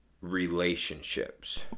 relationships